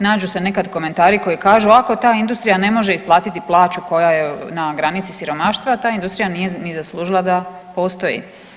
Nađu se nekad komentari koji kažu ako ta industrija ne može isplatiti plaću koja je na granici siromaštva ta industrija nije ni zaslužila da postoji.